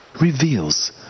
reveals